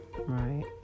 Right